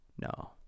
No